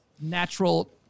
natural